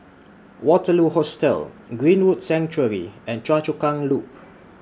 Waterloo Hostel Greenwood Sanctuary and Choa Chu Kang Loop